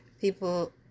people